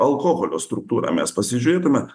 alkoholio struktūrą mes pasižiūrėtumėme